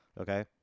Okay